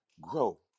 grow